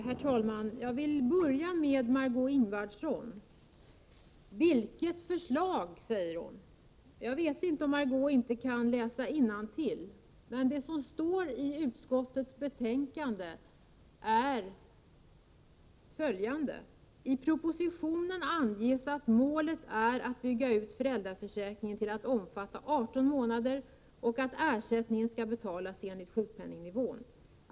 Herr talman! Jag vill börja med Margö Ingvardsson. Vilket förslag? frågar hon. Jag vet inte om Marg6ö Ingvardsson inte kan läsa innantill, men det som står i utskottets betänkande är följande: ”I propositionen anges att målet är att bygga ut föräldraförsäkringen till att omfatta 18 månader och att ersättningen skall betalas enligt sjukpenningnivån.